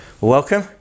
Welcome